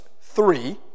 three